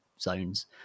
zones